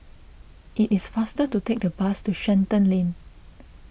it is faster to take the bus to Shenton Lane